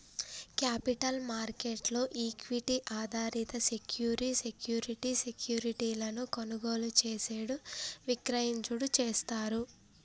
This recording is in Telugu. క్యాపిటల్ మార్కెట్ లో ఈక్విటీ ఆధారిత సెక్యూరి సెక్యూరిటీ సెక్యూరిటీలను కొనుగోలు చేసేడు విక్రయించుడు చేస్తారు